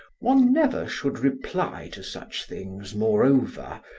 one never should reply to such things, moreover,